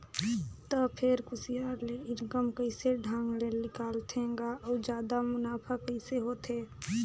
त फेर कुसियार ले इनकम कइसे ढंग ले निकालथे गा अउ जादा मुनाफा कइसे होथे